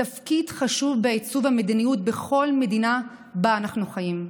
תפקיד חשוב בעיצוב המדיניות בכל מדינה שבה אנחנו חיים.